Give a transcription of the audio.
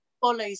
follows